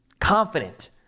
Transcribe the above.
confident